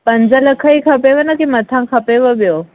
पंज लख ई खपेव न की मथां खपेव ॿियो